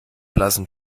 blassen